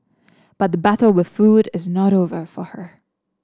but the battle with food is not over for her